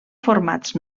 formats